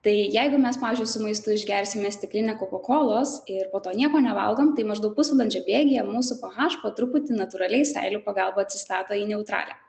tai jeigu mes pavyzdžiui su maistu išgersime stiklinę kokakolos ir po to nieko nevalgom tai maždaug pusvalandžio bėgyje mūsų ph po truputį natūraliai seilių pagalba atsistato į neutralią